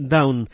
Down